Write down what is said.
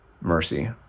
mercy